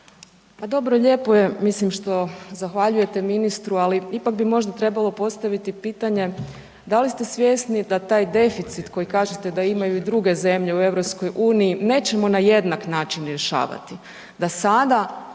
Pa dobro lijepo je što zahvaljujete ministru, ali ipak bi možda trebalo postaviti pitanje da li ste svjesni da taj deficit koji kažete da imaju i druge zemlje u EU nećemo na jednak način rješavati,